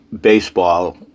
baseball